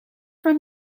from